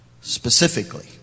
specifically